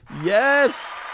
yes